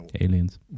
Aliens